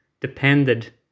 depended